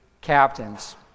captains